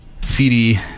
CD